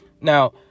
Now